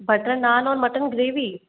butter naan और mutton gravy